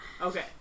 okay